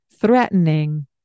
threatening